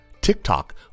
TikTok